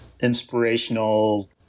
inspirational